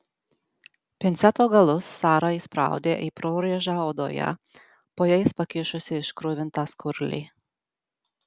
pinceto galus sara įspraudė į prorėžą odoje po jais pakišusi iškruvintą skurlį